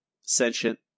sentient